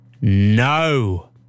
No